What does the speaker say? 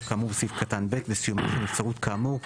כאמור בסעיף קטן (ב) וסיומה של נבצרות כאמור,